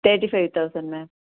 thirty five thousand ma'am